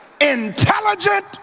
intelligent